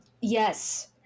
Yes